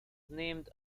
named